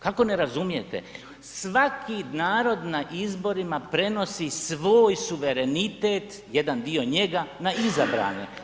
Kako ne razumijete, svaki narod na izborima prenosi svoj suverenitet, jedan dio njega na izabrane.